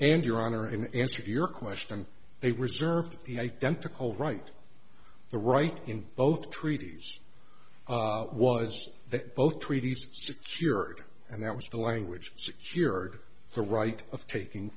and your honor in answer to your question they reserved the identical right the right in both treaties was that both treaties secured and that was the language secured the right of taking